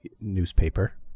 newspaper